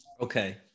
okay